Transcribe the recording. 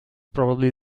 probably